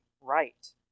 right